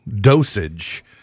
dosage